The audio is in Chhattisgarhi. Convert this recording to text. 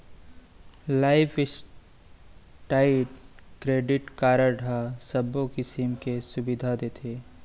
लाइफ स्टाइड क्रेडिट कारड ह सबो किसम के सुबिधा देथे